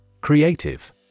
Creative